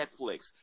netflix